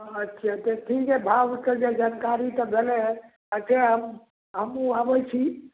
अच्छे तऽ ठीके भावके जनकारी तऽ भेलै हन अच्छे हम हमहुँ अबै छी